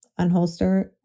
Unholster